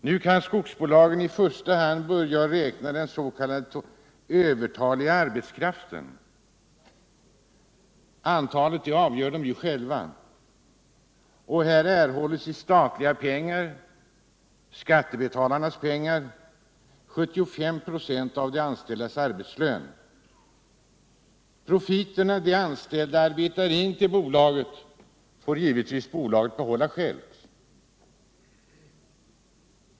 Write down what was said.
Nu kan skogsbolagen i första hand börja räkna den s.k. övertaliga arbetskraften, antalet avgör de själva. Här erhålles i statliga pengar — skattebetalarnas pengar — 75 96 av de anställdas arbetslön. Profiterna, som dessa anställda arbetar in till bolaget, får bolaget givetvis självt behålla.